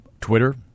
Twitter